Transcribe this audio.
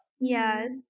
Yes